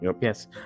Yes